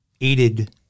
aided